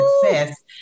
success